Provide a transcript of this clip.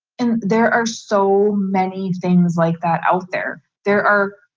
and there are so many things like that out there. there are,